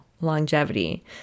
longevity